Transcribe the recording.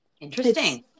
Interesting